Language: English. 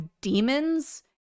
demons